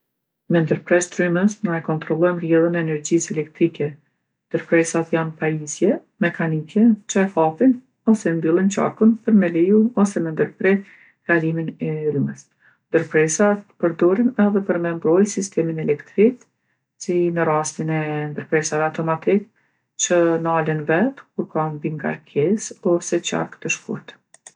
Me ndërpres t'rrymës na e kontrollojmë rrjedhën e energjisë elktrike. Ndëprersat janë pajisje mekanike që e hapin ose mbyllin qarkun për me leju ose me ndëpre kalimin e rrymës. Ndërprersat përdoren edhe për me mbrojtë sistemin elektrik, si në rastin e ndërprersave automatik, që nalen vet kur ka mbingarkesë ose qark të shkurtë.